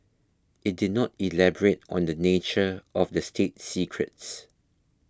it did not elaborate on the nature of the state secrets